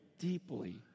deeply